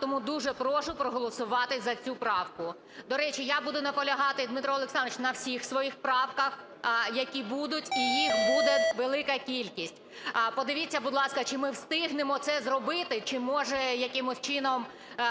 Тому дуже прошу проголосувати за цю правку. До речі, я буду наполягати, Дмитро Олександрович, на всіх своїх правках, які будуть, і їх буде велика кількість. Подивіться, будь ласка, чи ми встигнемо це зробити, чи може якимось чином